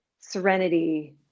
serenity